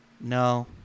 No